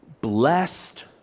Blessed